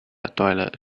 toilet